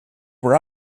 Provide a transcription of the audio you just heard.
were